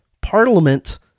Parliament